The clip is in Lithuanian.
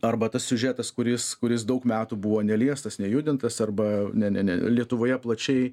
arba tas siužetas kuris kuris daug metų buvo neliestas nejudintas arba ne ne lietuvoje plačiai